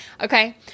Okay